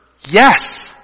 Yes